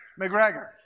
McGregor